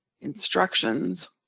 instructions